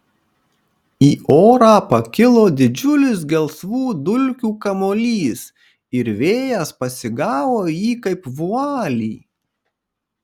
į orą pakilo didžiulis gelsvų dulkių kamuolys ir vėjas pasigavo jį kaip vualį